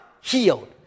healed